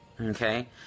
Okay